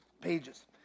pages